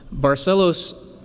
Barcelos